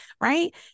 right